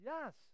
Yes